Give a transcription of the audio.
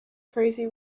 crazy